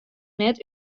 net